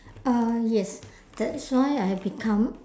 uh yes that's why I become